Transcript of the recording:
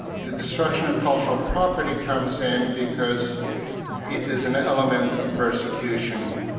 the destruction of cultural property comes in because it is an element of persecution.